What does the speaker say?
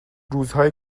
روزهای